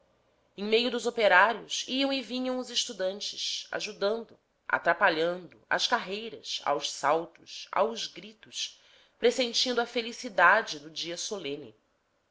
em meio dos operários iam e vinham os estudantes ajudando atrapalhando às carreiras aos saltos aos gritos pressentindo a felicidade do dia solene